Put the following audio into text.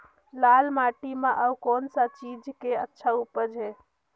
लाल माटी म अउ कौन का चीज के अच्छा उपज है?